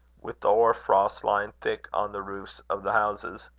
with the hoar-frost lying thick on the roofs of the houses.